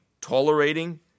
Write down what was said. tolerating